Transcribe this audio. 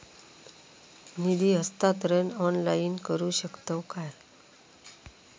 निधी हस्तांतरण ऑनलाइन करू शकतव काय?